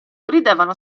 ridevano